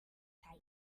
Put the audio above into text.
tyre